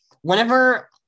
whenever